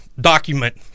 document